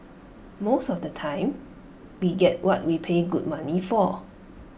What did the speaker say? most of the time we get what we pay good money for